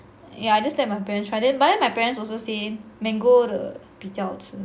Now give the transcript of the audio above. yeah I just let my parents try but then but my parents also same mango 的比较好吃